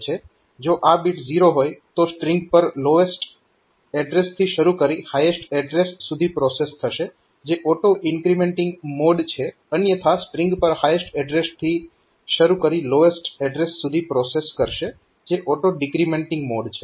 જો આ બીટ 0 હોય તો સ્ટ્રીંગ પર લોએસ્ટ એડ્રેસથી શરુ કરી હાયેસ્ટ એડ્રેસ સુધી પ્રોસેસ થશે જે ઓટો ઇન્ક્રીમેન્ટીંગ મોડ છે અન્યથા સ્ટ્રીંગ પર હાયેસ્ટ એડ્રેસથી શરુ કરી લોએસ્ટ એડ્રેસ સુધી પ્રોસેસ કરશે જે ઓટો ડીક્રીમેન્ટીંગ મોડ છે